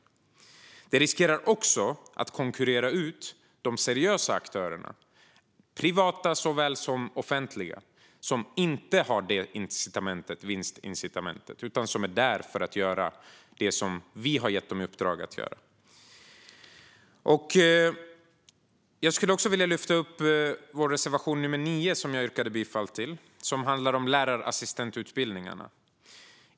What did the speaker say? Det riskerar också att konkurrera ut de seriösa aktörer - privata såväl som offentliga - som inte har detta vinstincitament utan som är där för att göra det som vi har gett dem i uppdrag att göra. Jag skulle också vilja lyfta upp vår reservation 9, som jag yrkade bifall till. Den handlar om lärarassistentutbildningarna.